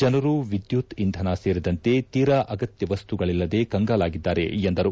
ಜನರು ವಿದ್ದುತ್ ಇಂಧನ ಸೇರಿದಂತೆ ತೀರಾ ಅಗತ್ಯ ಮಸ್ತುಗಳಲ್ಲದೆ ಕಂಗಾಲಾಗಿದ್ದಾರೆ ಎಂದರು